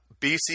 BC